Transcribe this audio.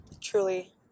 Truly